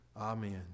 Amen